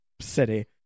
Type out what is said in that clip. City